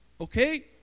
okay